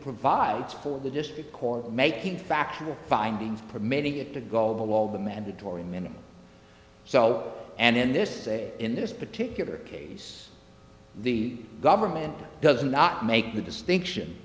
provides for the district court making factual findings permitting it to go below the mandatory minimum so and in this way in this particular case the government does not make the distinction